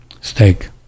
steak